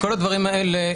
כל הדברים האלה,